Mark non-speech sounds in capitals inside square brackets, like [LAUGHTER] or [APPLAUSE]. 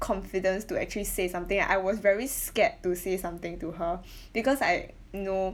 confidence to actually say something like I was very scared to say something to her [BREATH] because I [NOISE] know